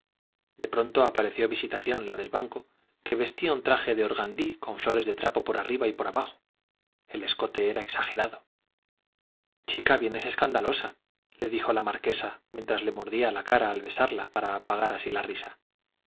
de pronto apareció visitación la del banco que vestía un traje de organdí con flores de trapo por arriba y por abajo el escote era exagerado chica vienes escandalosa le dijo la marquesa mientras le mordía la cara al besarla para apagar así la risa